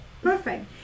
Perfect